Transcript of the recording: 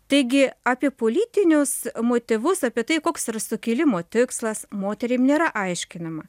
taigi apie politinius motyvus apie tai koks yra sukilimo tikslas moterim nėra aiškinama